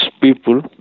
people